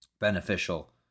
beneficial